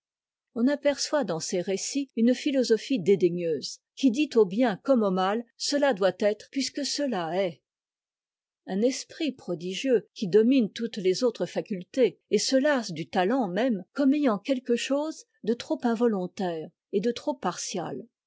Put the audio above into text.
on aperçoit dans ses écrits une philosophie dédaigneuse qui dit au bien comme au mal cela doit être puisque cela est un esprit prodigieux qui domine toutes les autres facultés et se lasse du talent même comme ayant quelque chose de trop involontaire et de trop partial